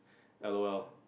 L_O_L